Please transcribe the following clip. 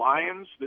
Lions